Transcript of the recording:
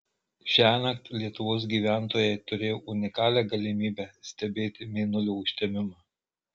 šiąnakt lietuvos gyventojai turėjo unikalią galimybę stebėti mėnulio užtemimą